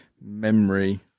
Memory